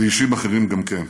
ואישים אחרים גם כן.